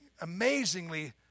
amazingly